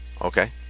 Okay